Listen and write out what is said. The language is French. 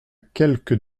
quelque